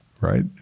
Right